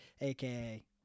aka